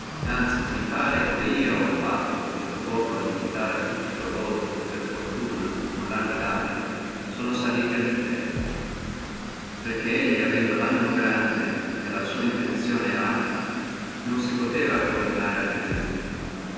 anzi mi pare come ho fatto di preporlo imitabile a tutti coloro che per fortuna e con larme daltri sono ascesi allo imperio perché lui avendo lanimo grande e la sua intenzione alta non si poteva governare altrimenti